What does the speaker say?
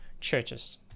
churches